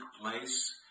place